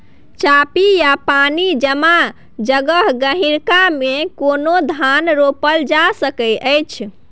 चापि या पानी जमा जगह, गहिरका मे केना धान रोपल जा सकै अछि?